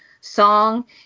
song